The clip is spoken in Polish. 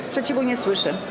Sprzeciwu nie słyszę.